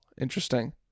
Interesting